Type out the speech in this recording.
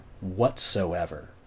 whatsoever